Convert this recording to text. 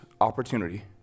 opportunity